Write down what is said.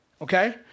Okay